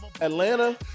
Atlanta